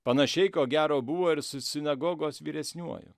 panašiai ko gero buvo ir su sinagogos vyresniuoju